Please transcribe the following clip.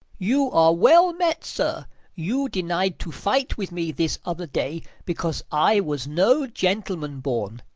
you are well met, sir you denied to fight with me this other day, because i was no gentleman born.